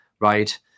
right